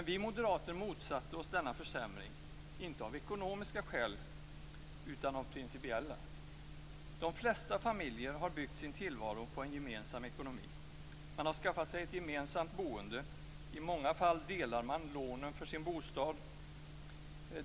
Vi moderater motsatte oss denna försämring - inte av ekonomiska skäl, utan av principiella. De flesta familjer har byggt sin tillvaro på en gemensam ekonomi. Man har skaffat sig ett gemensamt boende. I många fall delar man på lånen för bostaden.